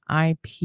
IP